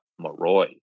Maroy